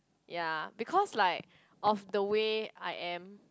ya because like of the way I am